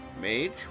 Mage